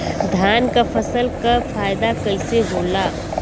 धान क फसल क फायदा कईसे होला?